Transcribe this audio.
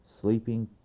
sleeping